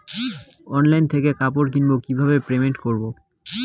Online থেকে কাপড় কিনবো কি করে পেমেন্ট করবো?